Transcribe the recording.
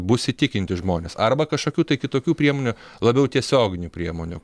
bus įtikinti žmonės arba kažkokių tai kitokių priemonių labiau tiesioginių priemonių